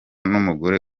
n’umugore